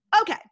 Okay